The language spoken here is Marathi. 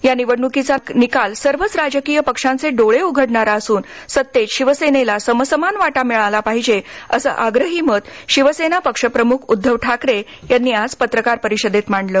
या निवडण्कीचा निकाल सर्वच राजकीय पक्षांचे डोळे उघडणारा असून सत्तेत शिवसेनेला समसमान वाटा मिळाला पाहिजे असं आग्रही मत शिवसेना पक्षप्रमुख उद्धव ठाकरे यांनी आज पत्रकार परिषदेत मांडलं